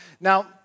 Now